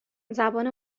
زبان